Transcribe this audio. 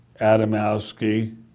Adamowski